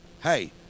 hey